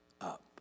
up